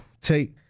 take